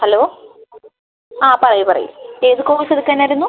hello ആ പറയൂ പറയൂ ഏത് കോഴ്സ് എടുക്കാനായിരുന്നു